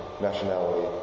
nationality